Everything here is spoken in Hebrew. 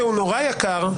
הזמן הזה נורא יקר,